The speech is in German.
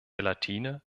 gelatine